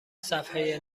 صحفه